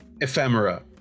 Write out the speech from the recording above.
Ephemera